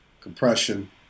compression